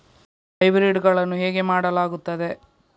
Hybrid ಗಳನ್ನು ಹೇಗೆ ಮಾಡಲಾಗುತ್ತದೆ?